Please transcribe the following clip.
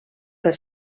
per